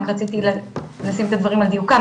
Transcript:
רק רציתי לשים את הדברים על דיוקם,